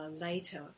later